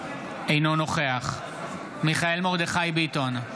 אינו נוכח מיכאל מרדכי ביטון,